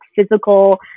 physical